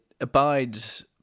abides